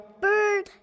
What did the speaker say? Bird